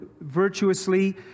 virtuously